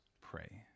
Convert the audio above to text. pray